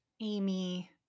Amy